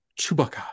Chewbacca